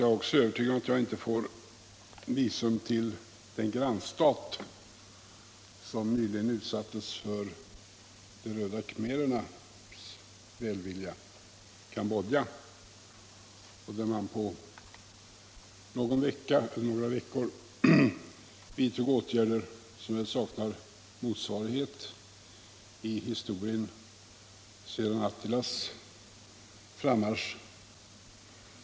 Jag är också övertygad om att jag inte får visum till den grannstat som nyligen utsattes för de röda khmerernas välvilja, Cambodja, och där man på några veckor vidtog åtgärder som saknar motsvarigheter i historien sedan Attilas framfart.